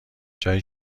جایی